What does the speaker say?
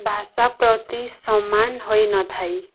ଭାଷା ପ୍ରତି ସମାନ ହୋଇନଥାଏ